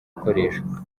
gukoreshwa